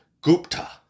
Gupta